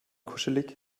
kuschelig